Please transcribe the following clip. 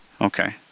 okay